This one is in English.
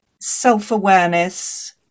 self-awareness